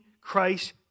Christ